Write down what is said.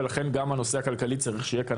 ולכן גם הנושא הכלכלי צריך שיהיה כאן